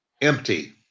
empty